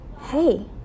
Hey